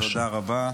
תודה רבה,